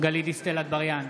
גלית דיסטל אטבריאן,